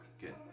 Good